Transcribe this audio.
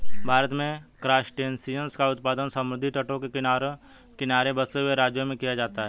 भारत में क्रासटेशियंस का उत्पादन समुद्री तटों के किनारे बसे हुए राज्यों में किया जाता है